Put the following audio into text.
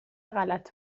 غلط